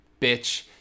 bitch